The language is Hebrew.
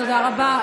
תודה רבה.